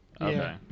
Okay